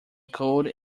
cold